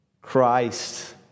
Christ